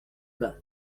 bains